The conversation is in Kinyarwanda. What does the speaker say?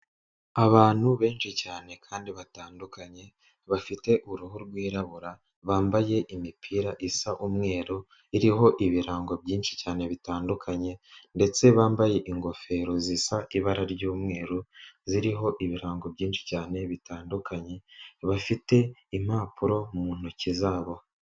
Abantu benshi cyane kandi batandukanye, bafite uruhu rwirabura, bambaye imipira isa umweru, iriho ibirango byinshi cyane bitandukanye, ndetse bambaye ingofero zisa ibara ry'umweru, ziriho ibirango byinshi cyane bitandukanye, bafite impapuro mu ntoki zabo.